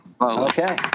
okay